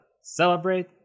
celebrate